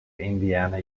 indiana